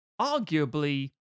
arguably